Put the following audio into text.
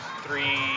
three